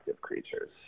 creatures